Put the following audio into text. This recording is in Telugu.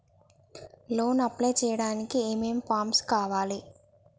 లోన్ అప్లై చేయడానికి ఏం ఏం ఫామ్స్ కావాలే?